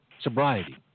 sobriety